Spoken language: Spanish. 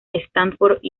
stanford